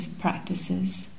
practices